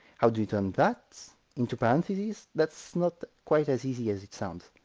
how do you turn that into parentheses? that's not quite as easy as it sounds.